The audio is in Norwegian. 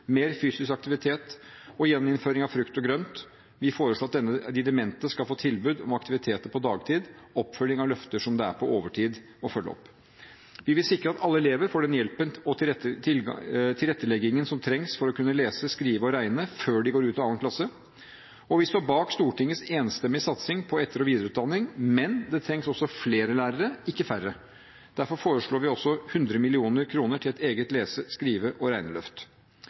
mer fysisk aktivitet og gjeninnføring av frukt og grønt. Vi foreslår at de demente skal få tilbud om aktiviteter på dagtid – oppfølging av løfter som det er på overtid å følge opp. Vi vil sikre at alle elever får den hjelpen og tilretteleggingen som trengs for å kunne lese, skrive og regne før de går ut av 2. klasse. Vi står bak Stortingets enstemmige satsing på etter- og videreutdanning, men det trengs også flere lærere, ikke færre. Derfor foreslår vi 100 mill. kr til et eget lese-, skrive- og